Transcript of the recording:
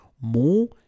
more